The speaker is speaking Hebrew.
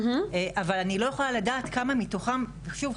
אבל אני לא יכולה לדעת כמה מתוכם שוב,